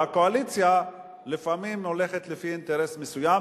והקואליציה לפעמים הולכת לפי אינטרס מסוים,